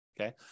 okay